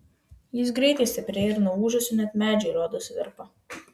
jis greitai stiprėja ir nuo ūžesio net medžiai rodos virpa